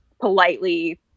politely